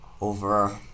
over